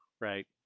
Right